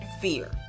Fear